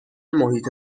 محیط